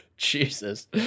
Jesus